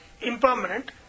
impermanent